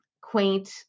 quaint